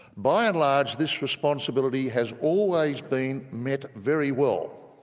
by and large this responsibility has always been met very well,